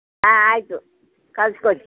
ಆಂ ಆಯಿತು ಕಳ್ಸಿಕೊಡಿ